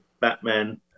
Batman